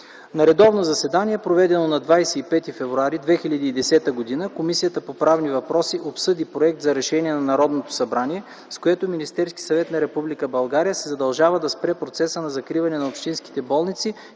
На редовно заседание, проведено на 25 февруари 2010 г., Комисията по правни въпроси обсъди Проект за решение на Народното събрание, с което Министерският съвет на Република България се задължава да спре процеса на закриване на общински болници